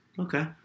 Okay